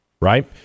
right